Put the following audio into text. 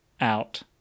out